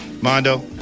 Mondo